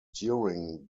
during